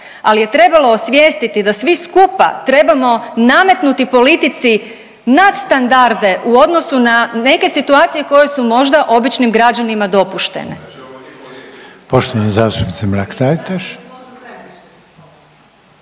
ali je trebalo osvijestiti da svi skupa trebamo nametnuti politici nadstandarde u odnosu na neke situacije koje su možda običnim građanima dopuštene.